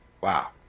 Wow